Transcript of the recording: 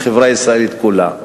לחברה הישראלית כולה.